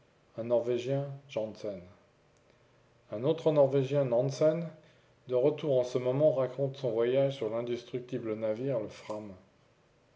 jansen la commune un autre norvégien nansen de retour en ce moment raconte son voyage sur l'indestructible navire le